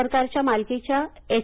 सरकारच्या मालकीच्या एच